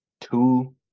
two